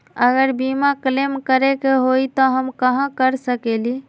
अगर बीमा क्लेम करे के होई त हम कहा कर सकेली?